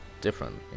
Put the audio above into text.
different